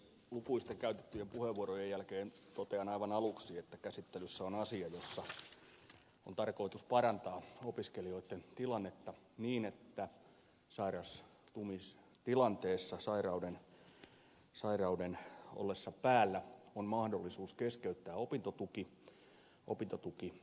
lukuisten käytettyjen puheenvuorojen jälkeen totean aivan aluksi että käsittelyssä on asia jossa on tarkoitus parantaa opiskelijoitten tilannetta niin että sairastumistilanteessa sairauden ollessa päällä on mahdollisuus keskeyttää opintotuki